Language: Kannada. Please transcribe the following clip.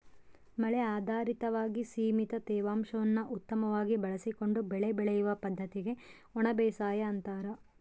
ಮಳೆ ಆಧಾರಿತವಾಗಿ ಸೀಮಿತ ತೇವಾಂಶವನ್ನು ಉತ್ತಮವಾಗಿ ಬಳಸಿಕೊಂಡು ಬೆಳೆ ಬೆಳೆಯುವ ಪದ್ದತಿಗೆ ಒಣಬೇಸಾಯ ಅಂತಾರ